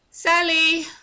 Sally